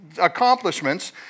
accomplishments